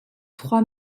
trois